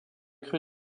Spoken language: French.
cru